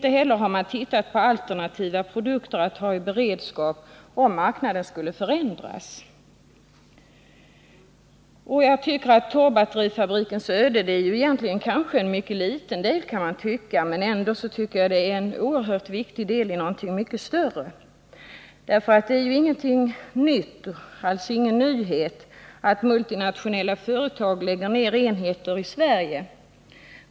Ej heller har man undersökt möjligheterna att tillverka alternativa produkter om Nr 40 marknaden skulle förändras. Torsdagen den Man kan tycka att torrbatterifabrikens öde egentligen är någonting mycket 29 november 1979 obetydligt, men jag anser att det är oerhört viktig del av någonting mycket större. Det är ingen nyhet att multinationella företag lägger ned enheter i Om tillverkningen Sverige.